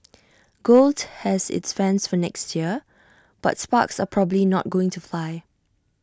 gold has its fans for next year but sparks are probably not going to fly